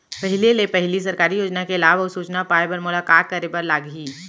पहिले ले पहिली सरकारी योजना के लाभ अऊ सूचना पाए बर मोला का करे बर लागही?